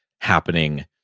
happening